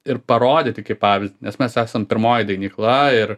ir parodyti kaip pavyzdį nes mes esam pirmoji dainykla ir